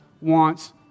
wants